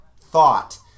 thought